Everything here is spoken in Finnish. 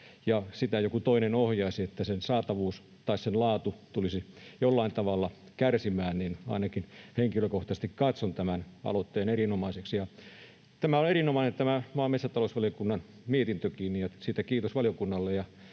sitä joku toinen ohjaisi, sen saatavuus tai sen laatu tulisi jollain tavalla kärsimään, joten ainakin henkilökohtaisesti katson tämän aloitteen erinomaiseksi. Erinomainen on tämä maa‑ ja metsätalousvaliokunnan mietintökin, ja kiitos valiokunnalle